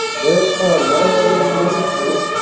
whereupon nine others sur rendered to him.